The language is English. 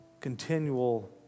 continual